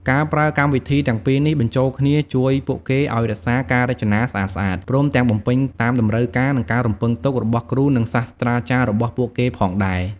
ការប្រើកម្មវិធីទាំងពីរនេះបញ្ចូលគ្នាជួយពួកគេឱ្យរក្សាការរចនាស្អាតៗ ព្រមទាំងបំពេញតាមតម្រូវការ និងការរំពឹងទុករបស់គ្រូ និងសាស្ត្រចារ្យរបស់ពួកគេផងដែរ។